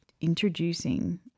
introducing